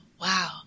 wow